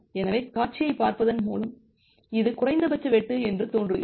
எனவே காட்சியைப் பார்ப்பதன் மூலம் இது குறைந்தபட்ச வெட்டு என்று தோன்றுகிறது